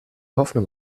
hoffnung